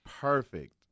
Perfect